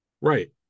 Right